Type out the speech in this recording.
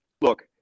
look